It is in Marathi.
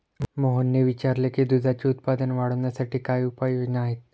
मोहनने विचारले की दुधाचे उत्पादन वाढवण्यासाठी काय उपाय योजना आहेत?